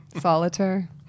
Solitaire